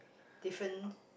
different